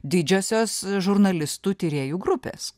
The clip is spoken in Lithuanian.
didžiosios žurnalistų tyrėjų grupės